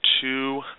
two